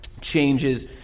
changes